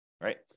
right